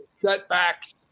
setbacks